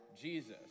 Jesus